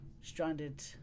stranded